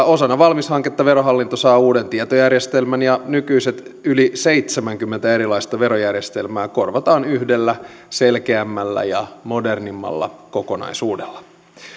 osana valmis hanketta verohallinto saa uuden tietojärjestelmän ja nykyiset yli seitsemänkymmentä erilaista verojärjestelmää korvataan yhdellä selkeämmällä ja modernimmalla kokonaisuudella